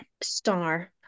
Star